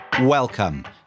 welcome